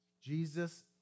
Jesus